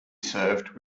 served